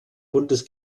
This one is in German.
buntes